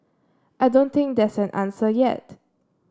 I don't think there's an answer yet